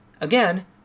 Again